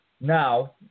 Now